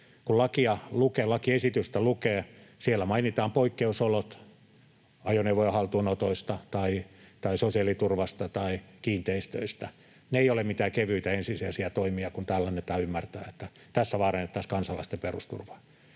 Kun lakiesitystä lukee, siellä mainitaan poikkeusolot ajoneuvojen haltuunotoista tai sosiaaliturvasta tai kiinteistöistä. Ne eivät ole mitään kevyitä ensisijaisia toimia, kun täällä annetaan ymmärtää, että tässä vaarannettaisiin kansalaisten perusturvaa.